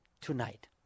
Tonight